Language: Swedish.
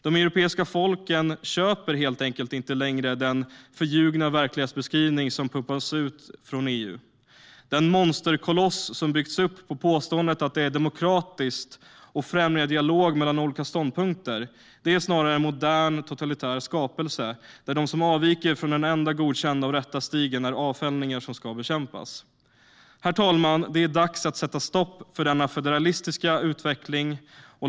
De europeiska folken köper helt enkelt inte längre den förljugna verklighetsbeskrivning som pumpas ut från EU. Den monsterkoloss som byggts upp på påståendet att den är demokratisk och främjar dialog mellan olika ståndpunkter är snarare en modern totalitär skapelse där de som avviker från den enda godkända och rätta stigen är avfällingar som ska bekämpas. Herr talman! Det är dags att sätta stopp för denna federalistiska utveckling.